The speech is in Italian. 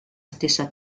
stessa